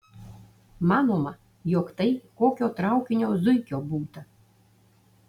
manoma jog tai kokio traukinio zuikio būta